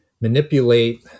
manipulate